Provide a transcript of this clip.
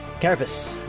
Carapace